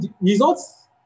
results